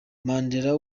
mandela